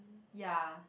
ya